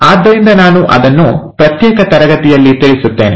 ಆದ್ದರಿಂದ ನಾನು ಅದನ್ನು ಪ್ರತ್ಯೇಕ ತರಗತಿಯಲ್ಲಿ ತಿಳಿಸುತ್ತೇನೆ